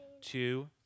two